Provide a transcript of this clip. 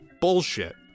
Bullshit